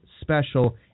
special